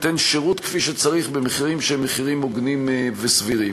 ייתן שירות כפי שצריך במחירים שהם הוגנים וסבירים.